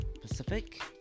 Pacific